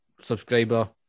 subscriber